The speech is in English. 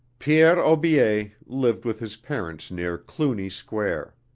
pierre aubier lived with his parents near cluny square.